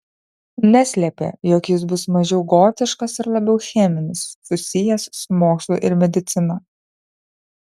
neslėpė jog jis bus mažiau gotiškas ir labiau cheminis susijęs su mokslu ir medicina